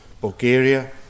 Bulgaria